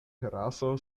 teraso